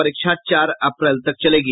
परीक्षा चार अप्रैल तक चलेगी